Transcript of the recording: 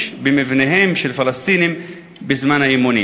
במבניהם של פלסטינים בזמן האימונים?